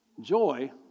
Joy